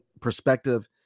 perspective